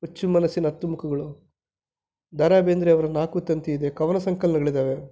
ಹುಚ್ಚು ಮನಸ್ಸಿನ ಹತ್ತು ಮುಖಗಳು ದ ರಾ ಬೇಂದ್ರೆಯವರ ನಾಕುತಂತಿ ಇದೆ ಕವನ ಸಂಕಲನಗಳಿದ್ದಾವೆ